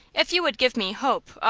if you would give me hope